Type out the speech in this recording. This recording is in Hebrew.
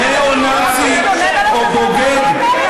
"ניאו-נאצי" או "בוגד",